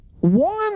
One